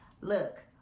Look